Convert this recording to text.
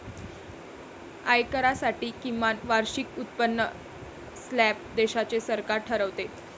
आयकरासाठी किमान वार्षिक उत्पन्न स्लॅब देशाचे सरकार ठरवते